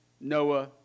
Noah